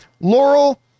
Laurel